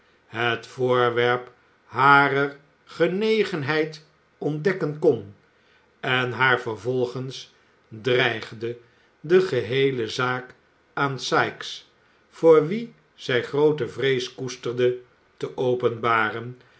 het voorwerp harer genegenheid ontdekken kon en haar vervolgens dreigde de geheele zaak aan sikes voor wien zij groote vrees koesterde te openbaren